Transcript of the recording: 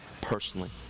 personally